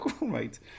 right